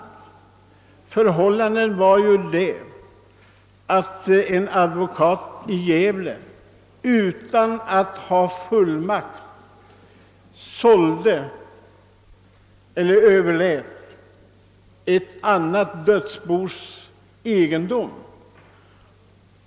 Det faktiska förhållandet var att en advokat i Gävle utan att ha fullmakt överlät ett annat dödsbos egendom.